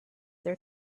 their